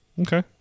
okay